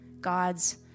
God's